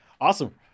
Awesome